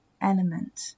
element